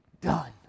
done